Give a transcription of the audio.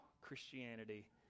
Christianity